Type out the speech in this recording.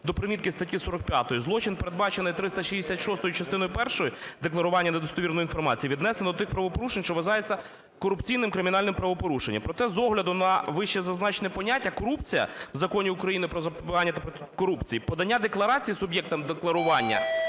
до примітки статті 45 злочин, передбачений 366-ю частиною першою – декларування недостовірної інформації, віднесено до тих правопорушень, що вважаються корупційним кримінальним правопорушенням. Проте, з огляду на вищезазначене поняття, корупція в Законі України "Про запобігання корупції", подання декларації суб'єктом декларування,